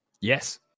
Yes